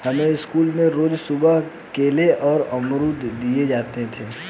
हमें स्कूल में रोज सुबह केले और अमरुद दिए जाते थे